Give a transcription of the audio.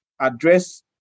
address